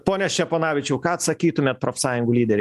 pone ščeponavičiau ką atsakytumėt profsąjungų lyderei